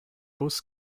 bus